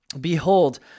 Behold